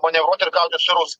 manevruoti ir kautis su rusais